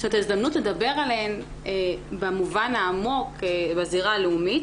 ההזדמנות לדבר עליהן במובן העמוק בזירה הלאומית.